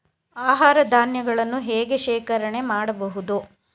ಆಹಾರ ಧಾನ್ಯಗಳನ್ನು ಹೇಗೆ ಶೇಖರಣೆ ಮಾಡಬಹುದು?